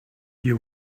you